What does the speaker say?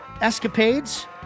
escapades